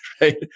right